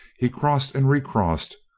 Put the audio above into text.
he crossed and recrossed,